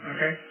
Okay